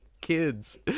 Kids